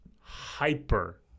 hyper